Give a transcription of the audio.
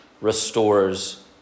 restores